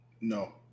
No